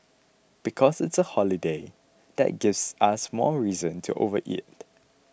because it's a holiday that gives us more reason to overeat